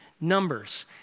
numbers